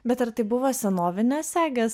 bet ar tai buvo senovinės segės